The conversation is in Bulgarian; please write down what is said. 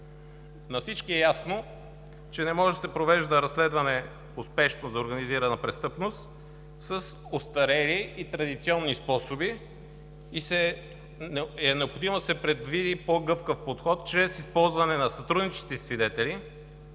На всички е ясно, че не може да се провежда успешно разследване за организирана престъпност с остарели и традиционни способи и е необходимо да се предвиди по-гъвкав подход чрез използване на сътрудничещи свидетели,